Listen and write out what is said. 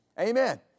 Amen